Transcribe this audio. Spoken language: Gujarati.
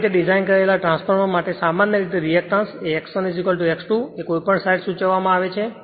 સારી રીતે ડિઝાઈન કરેલા ટ્રાન્સફોર્મર માટે સામાન્ય રીતે રિએક્ટેન્સ એ X1 X2 એ કોઈપણ સાઇડ સૂચવવામાં આવે છે